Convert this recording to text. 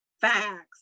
facts